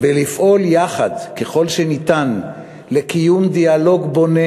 ולפעול יחד ככל האפשר לקיום דיאלוג בונה